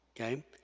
Okay